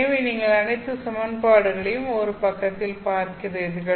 எனவே நீங்கள் அனைத்து சமன்பாடுகளையும் ஒரு பக்கத்தில் பார்க்கிறீர்கள்